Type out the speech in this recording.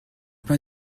pas